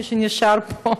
מי שנשאר פה,